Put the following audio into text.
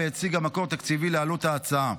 והציגה מקור תקציבי לעלות ההצעה.